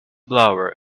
blower